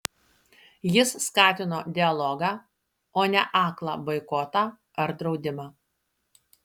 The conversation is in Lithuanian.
jis skatino dialogą o ne aklą boikotą ar draudimą